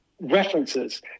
references